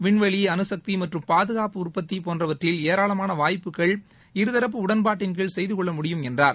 விண்வெளி அனுசக்தி மற்றும் பாதுகாப்பு உற்பத்தி போன்றவற்றில் ஏராளமான வாய்ப்புகள் இருதரப்பு உடன்பாட்டின் கீழ் செய்து கொள்ள முடியும் என்றார்